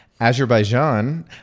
Azerbaijan